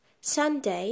Sunday